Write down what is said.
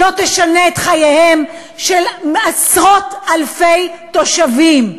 לא ישנו את חייהם של עשרות-אלפי תושבים,